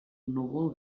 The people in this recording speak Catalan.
núvol